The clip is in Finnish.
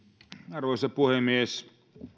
arvoisa puhemies